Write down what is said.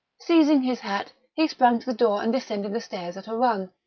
seizing his hat, he sprang to the door and descended the stairs at a run.